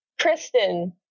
Kristen